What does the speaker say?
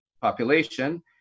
population